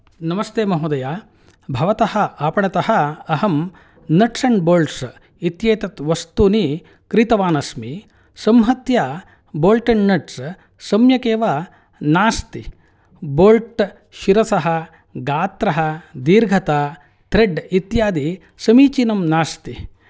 नमस्ते महोदय भवतः आपणतः अहं नट्स् अण्ड् बोल्ट्स् इत्येतत् वस्तूनि क्रीतवान् अस्मि संहत्य बोल्ट्स् अण्ड् नट्स् सम्यक् एव नास्ति बोल्ट् शिरसः गात्रः दिर्घता थ्रेड् इत्यादि समीचिनं नास्ति